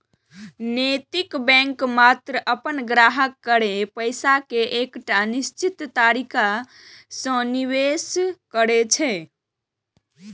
नैतिक बैंक मात्र अपन ग्राहक केर पैसा कें एकटा निश्चित तरीका सं निवेश करै छै